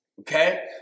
Okay